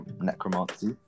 necromancy